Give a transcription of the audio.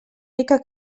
rica